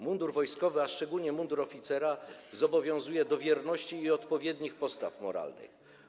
Mundur wojskowy, a szczególnie mundur oficera, zobowiązuje do wierności i odpowiednich postaw moralnych.